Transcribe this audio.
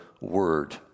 word